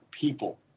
people